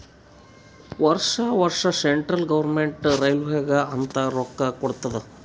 ವರ್ಷಾ ವರ್ಷಾ central government ರೈಲ್ವೇಗ ಅಂತ್ ರೊಕ್ಕಾ ಕೊಡ್ತಾದ್